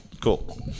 Cool